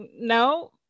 no